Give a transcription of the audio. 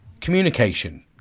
Communication